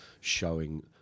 showing